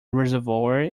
reservoir